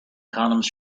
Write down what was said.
condoms